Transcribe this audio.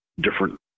different